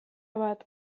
bat